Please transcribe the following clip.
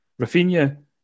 Rafinha